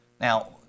Now